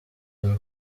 dore